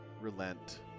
relent